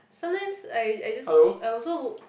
sometimes I I just I also